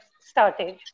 started